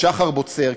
שחר בוצר,